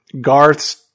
Garth's